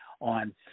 on